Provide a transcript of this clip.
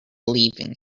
leaving